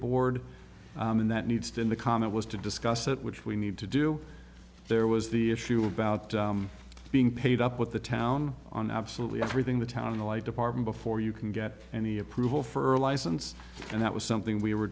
board and that needs to in the comet was to discuss it which we need to do there was the issue about being paid up with the town on absolutely everything the town alive department before you can get any approval for a license and that was something we were